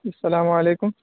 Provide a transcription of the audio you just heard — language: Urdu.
السلام علیکم